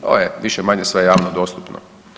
To je više-manje sve javno dostupno.